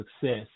success